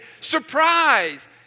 surprise